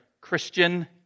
Christian